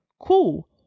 cool